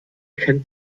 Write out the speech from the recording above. kennt